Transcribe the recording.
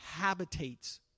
habitates